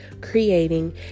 creating